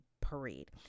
parade